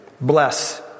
Bless